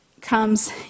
comes